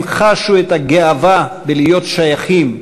הם חשו את הגאווה בלהיות שייכים,